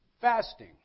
fasting